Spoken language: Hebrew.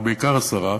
ובעיקר השרה,